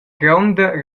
gronda